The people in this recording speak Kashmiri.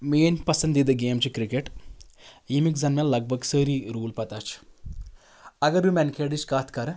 میٛٲنۍ پَسَنٛدیٖدٕ گیم چھِ کِرٛکَٮ۪ٹ ییٚمِکۍ زَن مےٚ لَگ بَگ سٲری روٗل پَتَہ چھِ اَگر بہٕ مٮ۪ن کھیڈٕچ کَتھ کَرٕ